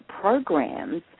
programs